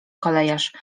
kolejarz